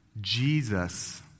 Jesus